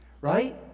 Right